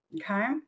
Okay